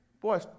boy